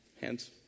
Hands